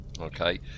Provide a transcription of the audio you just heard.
Okay